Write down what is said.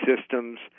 systems